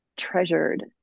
treasured